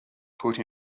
put